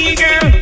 girl